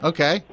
Okay